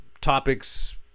Topics